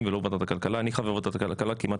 ולא בוועדת הכלכלה אני חבר ועדת הכלכלה כמעט